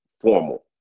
formal